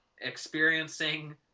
experiencing